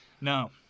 No